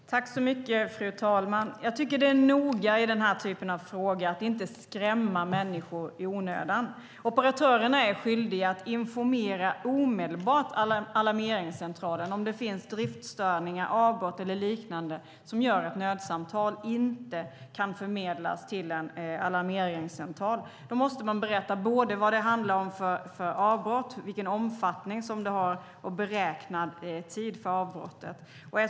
Fru talman! Jag tycker att man ska vara noga med att i den här typen av frågor inte skrämma människor i onödan. Operatörerna är skyldiga att omedelbart informera alarmeringscentralen om det finns driftstörningar, avbrott eller liknande som gör att nödsamtal inte kan förmedlas till en alarmeringscentral. De måste berätta vad det handlar om för avbrott, vilken omfattning det har och beräknad tid för avbrottet.